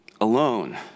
alone